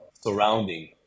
surrounding